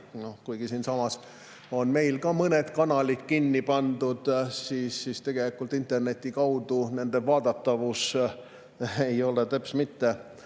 kuigi siinsamas on meil ka mõned kanalid kinni pandud, siis tegelikult interneti kaudu ei ole nende vaadatavus teps mitte